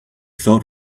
thought